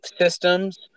systems